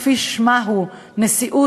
כפי ששמה הוא נשיאות,